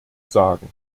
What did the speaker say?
sagen